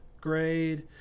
grade